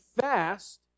fast